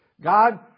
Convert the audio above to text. God